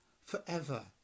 forever